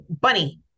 Bunny